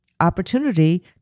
opportunity